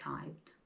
typed